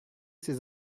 ces